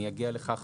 אני אגיע לכך